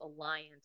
Alliance